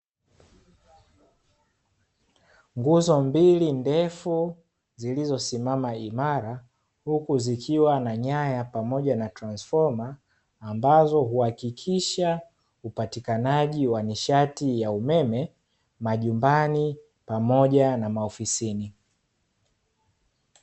nguzo mbili ndefu zilizosimama imara, huku zikiwa na nyaya pamoja na transifoma ambazo huhakikisha upatikanaji wa nishati ya umeme majumbani pamoja na maofisini .